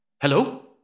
Hello